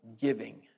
giving